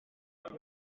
hari